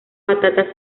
patatas